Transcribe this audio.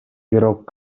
бирок